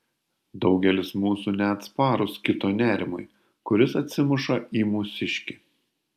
daugelis mūsų neatsparūs kito nerimui kuris atsimuša į mūsiškį